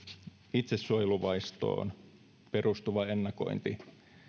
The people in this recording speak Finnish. itsesuojeluvaistoon perustuva ennakointi